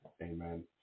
Amen